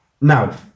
Now